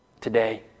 Today